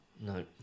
No